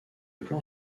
plan